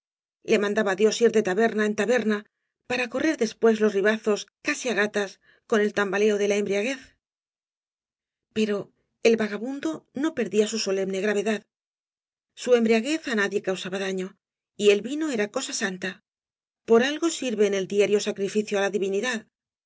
le mandaba dios ir de taberna en taberna para correr después los ribazos casi á gatas con el tambaleo de la embriaguez pero el vagabundo no perdía su solemne gravedad su embriaguez á nadie causa ba daño y el vino era cosa santa por algo sirve cañas y barro en el diario bacriflcio á la divídídad